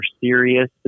serious